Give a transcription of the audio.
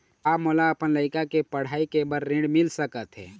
का मोला अपन लइका के पढ़ई के बर ऋण मिल सकत हे?